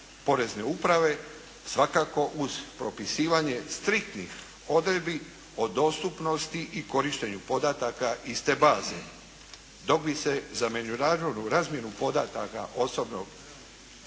porezne uprave, svakako uz propisivanje striktnih odredbi o dostupnosti i korištenju podataka iz te baze. Dok bi se za međunarodnu razmjenu podataka osobnog